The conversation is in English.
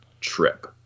trip